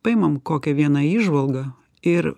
paimam kokią vieną įžvalgą ir